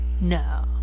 no